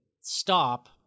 stop